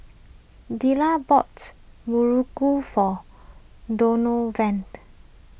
Delilah bought Muruku for Donovan